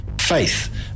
faith